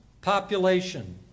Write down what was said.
population